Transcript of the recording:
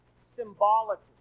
symbolically